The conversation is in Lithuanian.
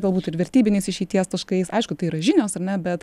galbūt ir vertybiniais išeities taškais aišku tai yra žinios ar ne bet